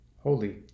Holy